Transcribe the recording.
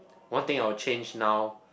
one thing I will change now